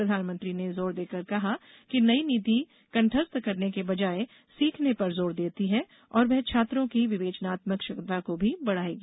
प्रधानमंत्री ने जोर देकर कहा कि नई नीति कंठस्थ करने के बजाए सीखने पर जोर देती है और वह छात्रों की विवेचनात्मक क्षमता को बढ़ाएगी